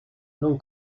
non